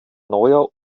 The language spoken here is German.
neuer